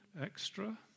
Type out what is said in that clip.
Extra